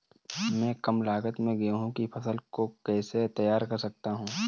मैं कम लागत में गेहूँ की फसल को कैसे तैयार कर सकता हूँ?